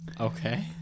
Okay